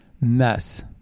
mess